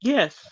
Yes